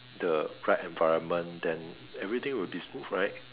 the right environment then everything will be smooth right